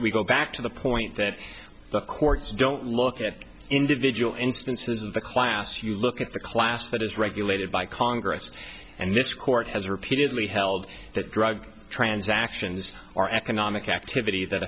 we go back to the point that the courts don't look at individual instances of the class you look at the class that is regulated by congress and this court has repeatedly held that drug transactions are economic activity that